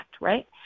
right